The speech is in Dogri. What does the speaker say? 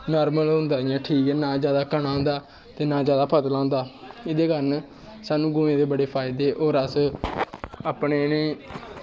नार्मल होंदा ठीक ना जादा घना होंदा ना जादा पतला होंदा एह्दे कारण सानू गवें दे बड़े फायदे और अस इ'नें